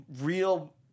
real